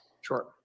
sure